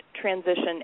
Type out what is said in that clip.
transition